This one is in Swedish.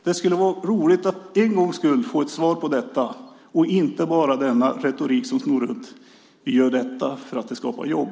Det skulle vara roligt att för en gångs skull få ett svar på detta och inte bara få denna retorik som snor runt: Vi gör detta för att det skapar jobb.